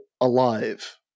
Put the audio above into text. alive